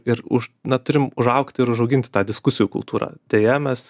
ir už na turim užaugt ir užauginti tą diskusijų kultūrą deja mes